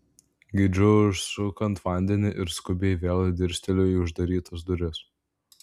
girdžiu užsukant vandenį ir skubiai vėl dirsteliu į uždarytas duris